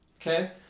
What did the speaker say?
Okay